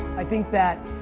i think that,